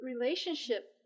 relationship